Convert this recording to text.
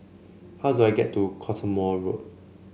how do I get to Cottesmore Road